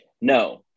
No